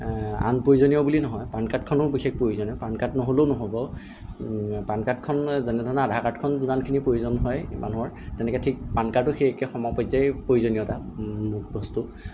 আনপ্ৰয়োজনীয় বুলি নহয় পানকাৰ্ডখনো বিশেষ প্ৰয়োজনীয় পানকাৰ্ডখন নহ'লও নহ'ব পানকাৰ্ডখন যেনেধৰণে আধাৰকাৰ্ডখন যিমানখিনি প্ৰয়োজন হয় মানুহৰ তেনেকে ঠিক পানকাৰ্ডো একেই সমপৰ্যায়ৰ প্ৰয়োজনীয়তা বস্তু